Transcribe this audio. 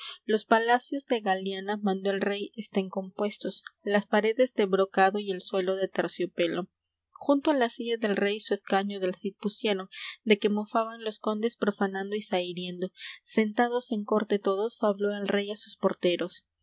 los palacios de galiana mandó el rey estén compuestos las paredes de brocado y el suelo de terciopelo junto á la silla del rey su escaño del cid pusieron de que mofaban los condes profanando y zahiriendo sentados en corte todos fabló el rey á sus porteros